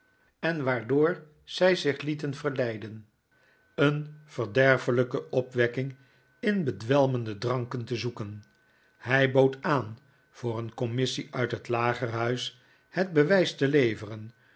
en waardoor zij zich lieten verleiden een verderfelijke opwekking in bedwelmende dranken te zoeken hij bood aan yoor een commissie uit het lagerhuis het bewijs te leveren